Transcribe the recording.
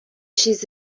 چیز